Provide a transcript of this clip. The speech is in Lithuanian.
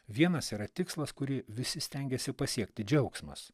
vienas yra tikslas kurį visi stengiasi pasiekti džiaugsmas